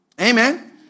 Amen